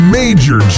major